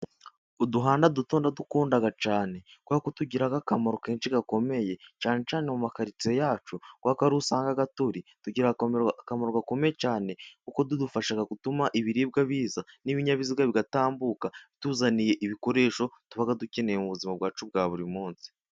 Uduhanda duto ndadukunda cyane kubera ko tugira akamaro kenshi gakomeye. Cyane cyane mu makarirtsiye yacu. Kubera ko ariho usanga turi. Tugira akamaro gakomeye cyane kubera ko tudufasha gutuma ibiribwa biza, n'ibinyabiziga bigatambuka, bituzaniye ibikoresho tuba dukeneye mu buzima bwacu bwa buri munsi.